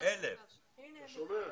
אתה שומע?